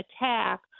attack